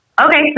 Okay